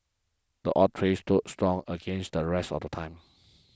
the oak tree stood strong against the rest of the time